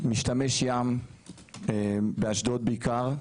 משתמש ים באשדוד בעיקר,